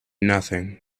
nothing